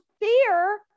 fear